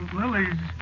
lilies